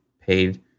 paid